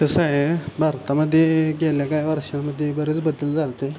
कसं आहे भारतामध्ये गेल्या काय वर्षामध्ये बरेच बदल झालेत